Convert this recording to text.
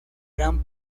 gran